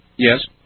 Yes